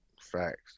Facts